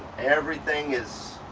everything is